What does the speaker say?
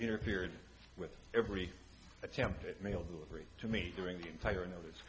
interfered with every attempt at mail delivery to me during the entire notice